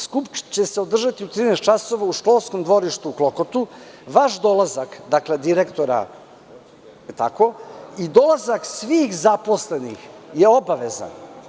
Skup će se održati u 13,00 časova u školskom dvorištu u Klokotu, a vaš dolazak, dakle, direktora i dolazak svih zaposlenih je obavezan.